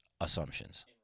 assumptions